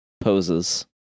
poses